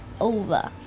over